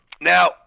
Now